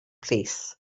plîs